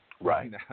right